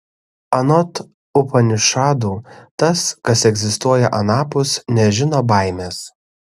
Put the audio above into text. anot upanišadų tas kas egzistuoja anapus nežino baimės